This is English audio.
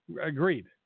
Agreed